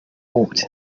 walked